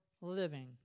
living